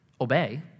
obey